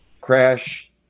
crash